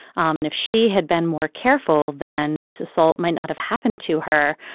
um and if she had been more careful then this assault might not have happened to her.